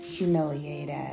Humiliated